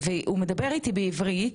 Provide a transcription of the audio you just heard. מדבר איתי בעברית,